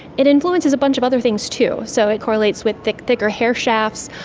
it influences a bunch of other things too. so it correlates with thicker thicker hair shafts,